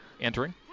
entering